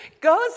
goes